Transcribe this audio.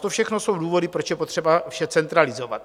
To všechno jsou důvody, proč je potřeba vše centralizovat.